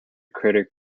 critic